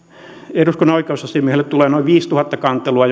eduskunnan oikeusasiamiehelle tulee noin viisituhatta kantelua